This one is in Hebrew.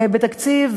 בתקציב,